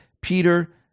Peter